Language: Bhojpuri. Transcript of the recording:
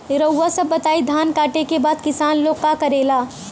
रउआ सभ बताई धान कांटेके बाद किसान लोग का करेला?